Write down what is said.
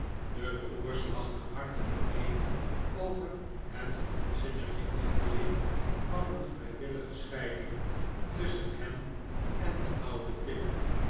de broers lachten hartelijk mee over het onzinnige idee van een vrijwillige scheiding tusschen hen en den ouden tim